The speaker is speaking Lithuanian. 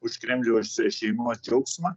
už kremliaus šeimos džiaugsmą